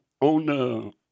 on